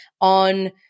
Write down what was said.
on